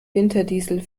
winterdiesel